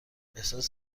احساس